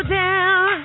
down